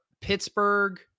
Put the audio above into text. pittsburgh